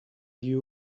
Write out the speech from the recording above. you